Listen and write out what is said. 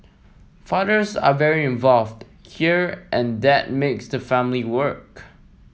fathers are very involved here and that makes the family work